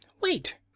Wait